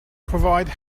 provide